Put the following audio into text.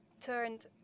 turned